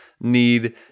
need